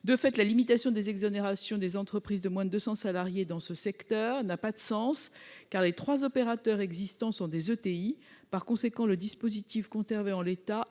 De fait, la limitation des exonérations aux entreprises de moins de 250 salariés dans ce secteur n'a pas de sens, car les trois opérateurs existants sont des ETI. Par conséquent, le dispositif conservé en l'état